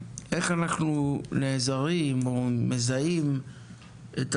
כאשר ה-03 וה-04 ליולי היו היומיים הכי חמים